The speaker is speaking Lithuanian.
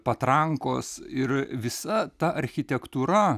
patrankos ir visa ta architektūra